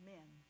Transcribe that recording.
Men